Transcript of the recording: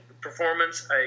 performance